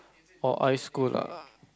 or ice cold lava